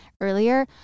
earlier